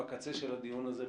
בקצה של הדיון הזה,